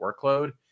workload